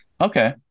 Okay